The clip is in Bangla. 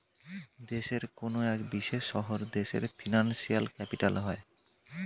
দেশের কোনো এক বিশেষ শহর দেশের ফিনান্সিয়াল ক্যাপিটাল হয়